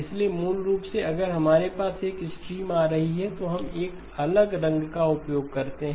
इसलिए मूल रूप से अगर हमारे पास एक स्ट्रीम आ रही है तो हम एक अलग रंग का उपयोग करते हैं